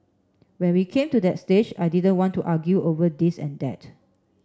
when we came to that stage I didn't want to argue over this and that